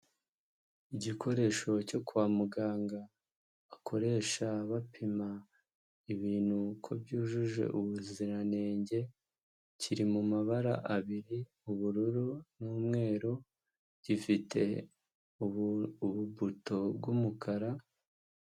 Igikoresho cyo kwa muganga, bakoresha bapima ibintu uko byujuje ubuziranenge kiri mu mabara abiri ubururu n'umweru, gifite ububuto bw'umukara.